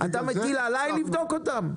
אתה מטיל עליי לבדוק אותם?